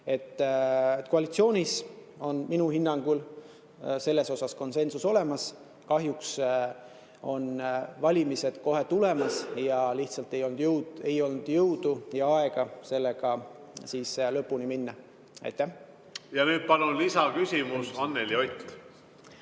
Koalitsioonis on minu hinnangul selles konsensus olemas. Kahjuks on valimised kohe tulemas ning lihtsalt ei olnud jõudu ja aega sellega lõpuni minna. Nüüd palun lisaküsimus, Anneli Ott!